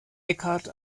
eckhart